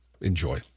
enjoy